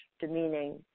demeaning